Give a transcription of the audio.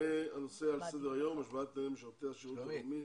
הנושא על סדר היום הוא השוואת תנאי משרתי השירות הלאומי